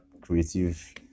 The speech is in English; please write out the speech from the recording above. creative